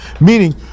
meaning